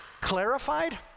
clarified